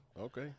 Okay